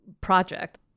project